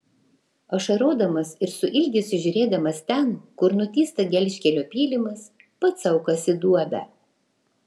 ašarodamas ir su ilgesiu žiūrėdamas ten kur nutįsta gelžkelio pylimas pats sau kasi duobę